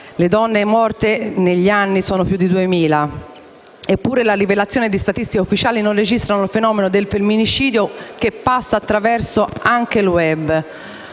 le donne morte negli anni sono più di 2.000, eppure la livellazione di statistiche ufficiali non registra il fenomeno del femminicidio che passa anche attraverso il *web*.